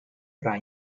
fra